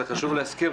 זה חשוב להזכיר,